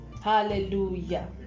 hallelujah